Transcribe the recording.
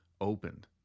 opened